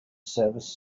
services